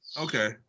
Okay